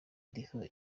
iriho